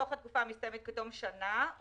ביוזמתו...תוך התקופה המסתיימת כתום שנה...